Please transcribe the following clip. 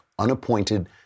Unappointed